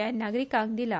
आयन नागरिकांक दिला